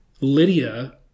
Lydia